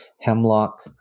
hemlock